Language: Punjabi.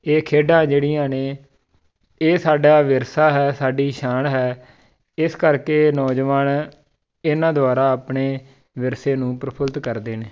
ਇਹ ਖੇਡਾਂ ਜਿਹੜੀਆਂ ਨੇ ਇਹ ਸਾਡਾ ਵਿਰਸਾ ਹੈ ਸਾਡੀ ਸ਼ਾਨ ਹੈ ਇਸ ਕਰਕੇ ਨੌਜਵਾਨ ਇਹਨਾਂ ਦੁਆਰਾ ਆਪਣੇ ਵਿਰਸੇ ਨੂੰ ਪ੍ਰਫੁਲਿੱਤ ਕਰਦੇ ਨੇ